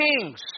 kings